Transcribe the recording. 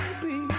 baby